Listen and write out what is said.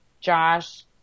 Josh